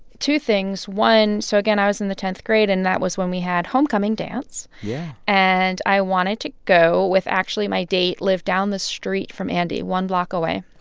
two things one, so again, i was in the tenth grade. and that was when we had homecoming dance yeah and i wanted to go with actually, my date lived down the street from andy, one block away